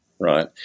right